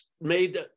made